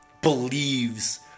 believes